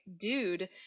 dude